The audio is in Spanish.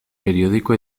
periódico